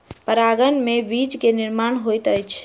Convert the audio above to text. परागन में बीज के निर्माण होइत अछि